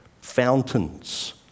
fountains